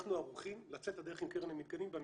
שאנחנו ערוכים לצאת לדרך עם קרן המתקנים במיידי.